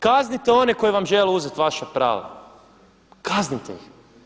Kaznite one koji vam žele uzeti vaša prava, kaznite ih.